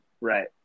right